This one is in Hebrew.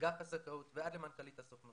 אגף הזכאות ועד למנכ"לית הסוכנות.